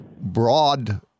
broad